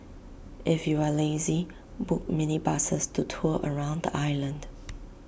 if you are lazy book minibuses to tour around the island